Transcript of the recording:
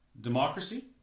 Democracy